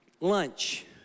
lunch